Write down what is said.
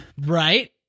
right